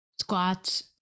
squats